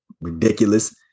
ridiculous